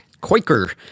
Quaker